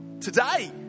today